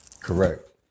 Correct